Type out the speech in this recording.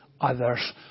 others